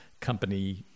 company